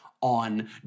on